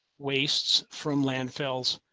wastes from landfills,